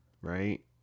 Right